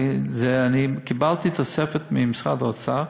קיבלתי תוספת ממשרד האוצר,